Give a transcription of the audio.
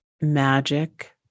magic